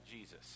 Jesus